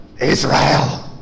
Israel